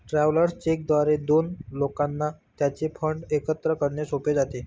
travellers cheque द्वारे दोन लोकांना त्यांचे फंड एकत्र करणे सोपे जाते